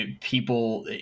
people